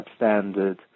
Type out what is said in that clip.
substandard